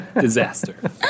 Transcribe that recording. Disaster